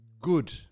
Good